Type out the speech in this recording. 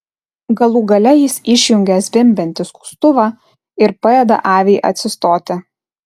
galų gale jis išjungia zvimbiantį skustuvą ir padeda aviai atsistoti